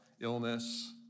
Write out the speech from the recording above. illness